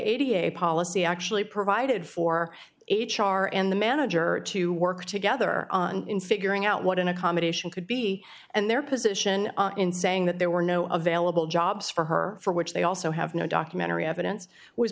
a policy actually provided for h r and the manager to work together on in figuring out what an accommodation could be and their position in saying that there were no available jobs for her for which they also have no documentary evidence was